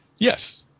Yes